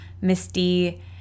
Misty